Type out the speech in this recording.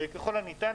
וככל הניתן,